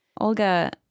Olga